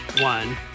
one